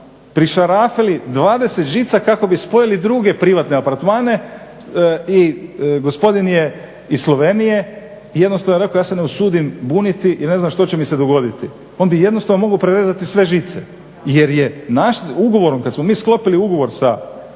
prišarafili 20 žica kako bi spojili druge privatne apartmane i gospodin je iz Slovenije i jednostavno rekao, ja se ne usudim buniti jer ne znam što će mi se dogoditi. On bi jednostavno mogao prerezati sve žice jer je našim ugovorom, kad smo mi sklopili ugovor sa,